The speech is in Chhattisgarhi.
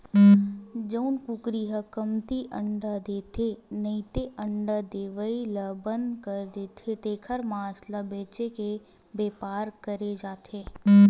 जउन कुकरी ह कमती अंडा देथे नइते अंडा देवई ल बंद कर देथे तेखर मांस ल बेचे के बेपार करे जाथे